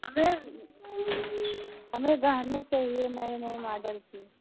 हमें हमें गहने चाहिए नए नए माडल के